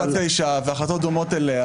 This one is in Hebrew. החלטה 549 והחלטות דומות לה,